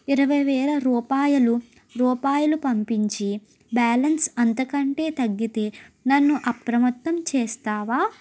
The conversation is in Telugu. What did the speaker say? ఇరవై వేల రూపాయలు రూపాయలు పంపించి బ్యాలన్స్ అంతకంటే తగ్గితే నన్ను అప్రమత్తం చేస్తావా